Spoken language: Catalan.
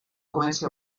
comenci